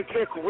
Kick